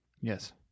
Yes